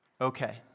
Okay